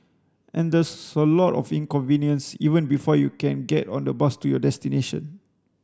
and there's a lot of inconvenience even before you can get on the bus to your destination